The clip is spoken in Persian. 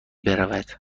برود